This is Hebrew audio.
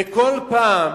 בכל פעם